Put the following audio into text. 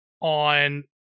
on